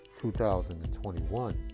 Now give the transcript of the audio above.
2021